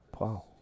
wow